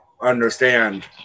understand